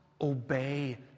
obey